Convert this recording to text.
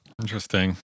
Interesting